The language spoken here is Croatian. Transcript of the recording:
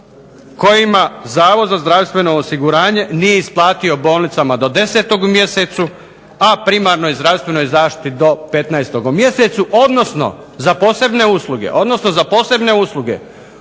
kojima Zavod za zdravstveno osiguranje nije isplatio bolnicama do 10.-og u mjesecu, a primarnoj zdravstvenoj zaštiti do 15.-og u mjesecu, odnosno za posebne usluge